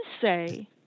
say